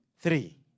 Three